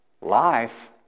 life